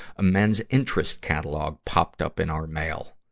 a men's interest catalog popped up in our mail.